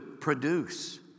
produce